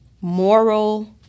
moral